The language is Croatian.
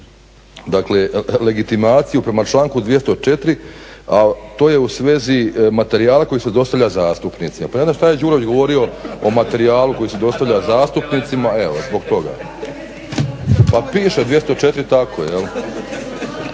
dakle legitimaciju prema članku 204., a to je u svezi materijala koji se dostavlja zastupnicima. Pa ja ne znam što je Đurović govorio o materijalu koji se dostavlja zastupnicima, evo zbog toga. … /Upadica se